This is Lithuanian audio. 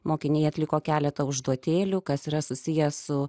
mokiniai atliko keletą užduotėlių kas yra susiję su